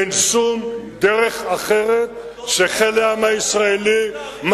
אין שום דרך אחרת שחיל הים הישראלי מכיר.